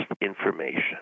information